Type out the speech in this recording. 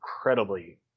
incredibly